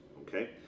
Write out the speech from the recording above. okay